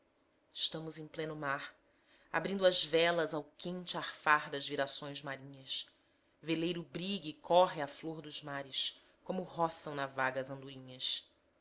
stamos em pleno mar abrindo as velas ao quente arfar das virações marinhas veleiro brigue corre à flor dos mares como roçam na vaga as andorinhas